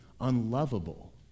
unlovable